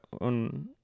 on